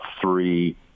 three